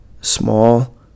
small